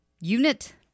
unit